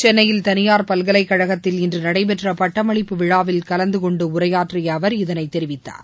சென்னையில் தனியார் பல்கலைக் கழகத்தில் இன்று நடைபெற்ற பட்டமளிப்பு விழாவில் கலந்துகொண்டு உரையாற்றிய அவர் இதனை தெரிவித்தார்